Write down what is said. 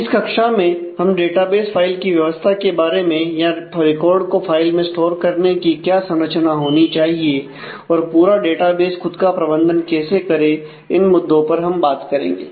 इस कक्षा में हम डेटाबेस फाइल की व्यवस्था के बारे में या रिकॉर्ड को फाइल में स्टोर करने की क्या संरचना होनी चाहिए और पूरा डेटाबेस खुद का प्रबंधन कैसे करें इन मुद्दों पर हम बात करेंगे